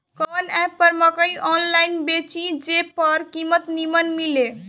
कवन एप पर मकई आनलाइन बेची जे पर कीमत नीमन मिले?